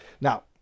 Now